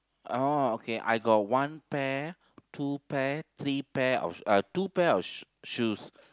oh okay I got one pair two pair three pair of shoe uh two pair of sh~ shoes